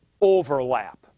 overlap